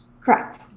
Correct